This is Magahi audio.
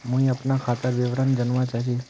मुई अपना खातादार विवरण जानवा चाहची?